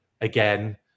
again